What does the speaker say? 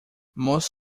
most